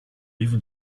even